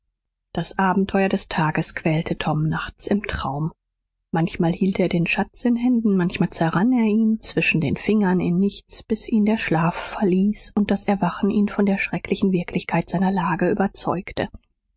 das abenteuer des tages quälte tom nachts im traum manchmal hielt er den schatz in händen manchmal zerrann er ihm zwischen den fingern in nichts bis ihn der schlaf verließ und das erwachen ihn von der schrecklichen wirklichkeit seiner lage überzeugte